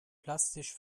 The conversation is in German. plastisch